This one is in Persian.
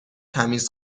تمیز